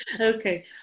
okay